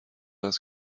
است